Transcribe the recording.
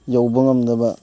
ꯌꯧꯕ ꯉꯝꯗꯕ